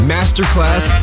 Masterclass